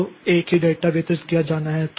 तो एक ही डेटा वितरित किया जाना है